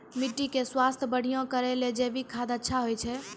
माटी के स्वास्थ्य बढ़िया करै ले जैविक खाद अच्छा होय छै?